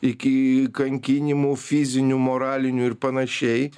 iki kankinimų fizinių moralinių ir panašiai